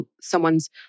someone's